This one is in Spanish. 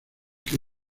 que